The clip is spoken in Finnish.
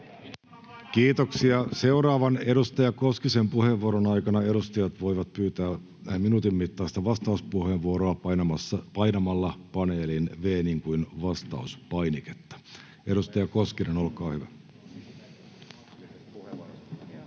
Kiitoksia. — Seuraavan, edustaja Koskisen puheenvuoron aikana edustajat voivat pyytää minuutin mittaista vastauspuheenvuoroa painamalla paneelin V niin kuin vastauspainiketta. — Edustaja Koskinen, olkaa hyvä.